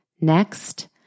Next